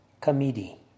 Committee